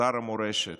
שר המורשת,